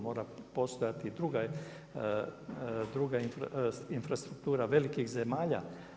Mora postojati i druga infrastruktura velikih zemalja.